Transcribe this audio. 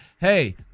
Hey